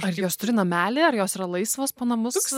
ar jos turi namelį ar jos yra laisvos po namus